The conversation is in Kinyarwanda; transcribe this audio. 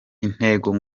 intego